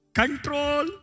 control